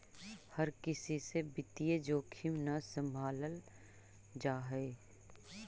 हर किसी से वित्तीय जोखिम न सम्भावल जा हई